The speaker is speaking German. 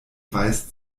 weist